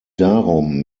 darum